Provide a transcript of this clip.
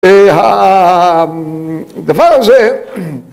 ‫הדבר הזה...